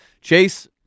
Chase